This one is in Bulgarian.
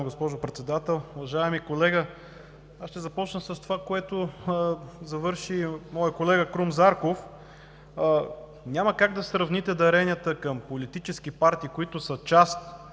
уважаема госпожо Председател. Уважаеми колега, ще започна с това, с което завърши моят колега Крум Зарков. Няма как да сравните даренията към политически партии, които са част